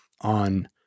on